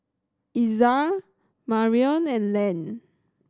Ezra Marrion and Len